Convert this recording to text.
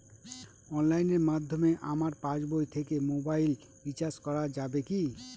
অনলাইনের মাধ্যমে আমার পাসবই থেকে মোবাইল রিচার্জ করা যাবে কি?